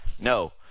no